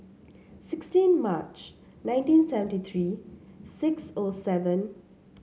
sixteen March nineteen seventy three six O seven